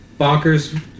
Bonkers